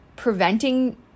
preventing